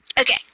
okay